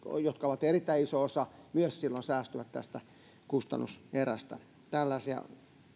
jotka ovat erittäin iso osa säästyvät tästä kustannuserästä tällaisia